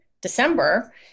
December